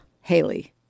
Haley